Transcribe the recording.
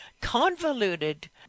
convoluted